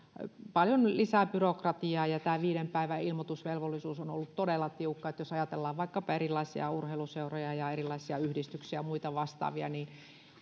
paljon lisää byrokratiaa ja viiden päivän ilmoitusvelvollisuus on ollut todella tiukka jos ajatellaan vaikkapa erilaisia urheiluseuroja ja erilaisia yhdistyksiä ja muita vastaavia niin